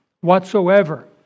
whatsoever